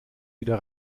wieder